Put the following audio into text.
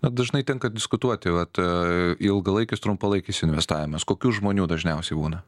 dažnai tenka diskutuoti vat ilgalaikis trumpalaikis investavimas kokių žmonių dažniausiai būna